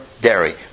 dairy